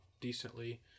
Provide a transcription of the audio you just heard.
decently